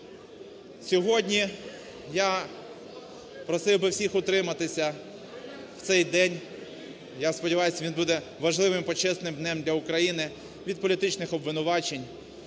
Сьогодні я просив би всіх утриматися в цей день, я сподіваюся, він буде важливим, почесним днем для України, від політичних обвинувачень.